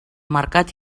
mercat